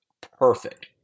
perfect